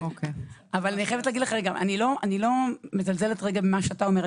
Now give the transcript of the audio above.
אני לא מזלזלת במה שאתה אומר,